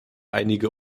einige